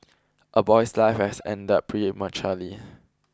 a boy's life has ended prematurely